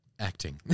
Acting